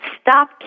stop